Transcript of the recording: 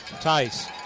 Tice